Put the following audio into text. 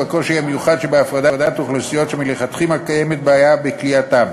ובקושי המיוחד שבהפרדת אוכלוסיות שמלכתחילה קיימת בעיה בכליאתן,